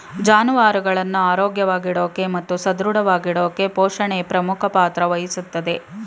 ಜಾನುವಾರುಗಳನ್ನ ಆರೋಗ್ಯವಾಗಿಡೋಕೆ ಮತ್ತು ಸದೃಢವಾಗಿಡೋಕೆಪೋಷಣೆ ಪ್ರಮುಖ ಪಾತ್ರ ವಹಿಸ್ತದೆ